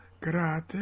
Grate